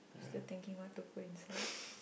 still thinking what to put inside